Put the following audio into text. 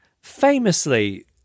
famously